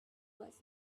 was